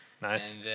Nice